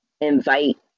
invite